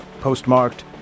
Postmarked